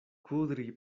kudri